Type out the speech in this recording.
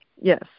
Yes